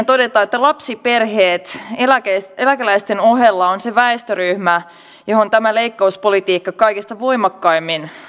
todetaan että lapsiperheet eläkeläisten eläkeläisten ohella ovat se väestöryhmä johon tämä leikkauspolitiikka kaikista voimakkaimmin